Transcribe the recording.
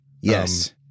Yes